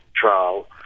trial